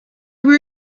were